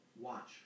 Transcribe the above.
Watch